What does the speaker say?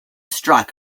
struck